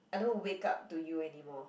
I don't wake up to you anymore